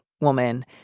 woman